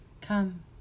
Come